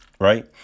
right